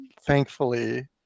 thankfully